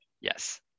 Yes